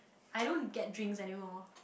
I don't get drinks anymore